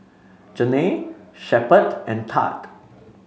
Janae Shepherd and Thad